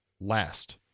last